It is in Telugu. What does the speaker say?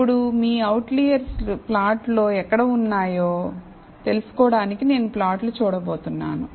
ఇప్పుడు మీ అవుట్లెర్స్ ప్లాట్లో ఎక్కడ ఉన్నాయో తెలుసుకోవటానికి నేను ప్లాట్లు చూడబోతున్నాను